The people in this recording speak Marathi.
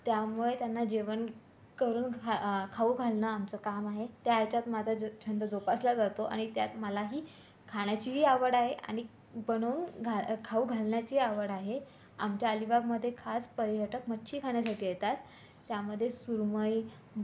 त्यामुळे त्यांना जेवण करून घा खाऊ घालणं आमचं काम आहे त्या येच्यात माझा ज छंद जोपासला जातो आणि त्यात मलाही खाण्याचीही आवड आहे आणि बनवून घा खाऊ घालण्याची आवड आहे आमच्या अलिबागमध्ये खास पर्यटक मच्छी खाण्यासाठी येतात त्यामध्ये सुरमई